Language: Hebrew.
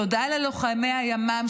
תודה ללוחמי הימ"מ,